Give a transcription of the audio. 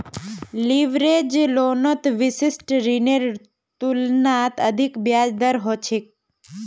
leverage लोनत विशिष्ट ऋनेर तुलनात अधिक ब्याज दर ह छेक